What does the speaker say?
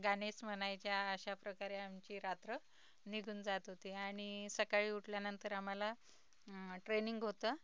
गाणंच म्हणायच्या अशा प्रकारे आमची रात्र निघून जात होती आणि सकाळी उठल्यानंतर आम्हाला ट्रेनिंग होतं